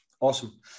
awesome